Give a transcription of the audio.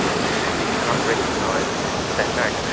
it just simply cannot recognise that marriage.